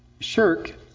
shirk